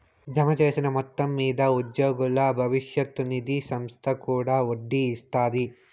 జమచేసిన మొత్తం మింద ఉద్యోగుల బవిష్యత్ నిది సంస్త కూడా ఒడ్డీ ఇస్తాది